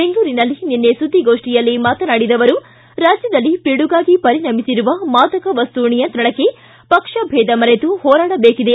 ಬೆಂಗಳೂರಿನಲ್ಲಿ ನಿನ್ನೆ ಸುದ್ದಿಗೋಷ್ಠಿಯಲ್ಲಿ ಮಾತನಾಡಿದ ಅವರು ರಾಜ್ಯದಲ್ಲಿ ಪಿಡುಗಾಗಿ ಪರಿಣಮಿಸಿರುವ ಮಾದಕ ವಸ್ತು ನಿಯಂತ್ರಣಕ್ಕೆ ಪಕ್ಷಭೇದ ಮರೆತು ಹೋರಾಡಬೇಕಿದೆ